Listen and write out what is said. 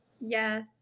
Yes